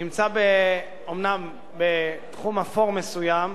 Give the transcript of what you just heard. נמצא אומנם בתחום אפור מסוים,